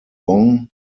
bon